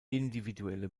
individuelle